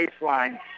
baseline